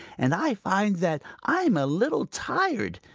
and i find that i am a little tired.